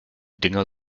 dinger